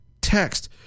text